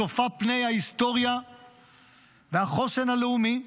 צופה פני ההיסטוריה והחוסן הלאומי,